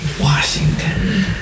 Washington